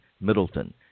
Middleton